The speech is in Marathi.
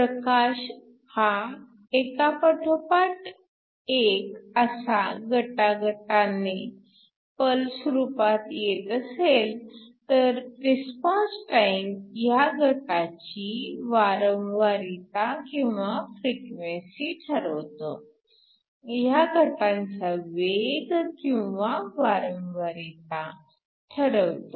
प्रकाश हा एकापाठोपाठ एक असा गटा गटाने पल्स रूपात येत असेल तर रिस्पॉन्स टाइम ह्या गटांची वारंवारिता किंवा फ्रिक्वेन्सी ठरवतो ह्या गटांचा वेग किंवा वारंवारिता ठरवतो